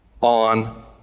on